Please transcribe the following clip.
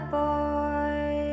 boy